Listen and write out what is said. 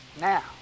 Now